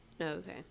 okay